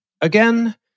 Again